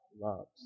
loves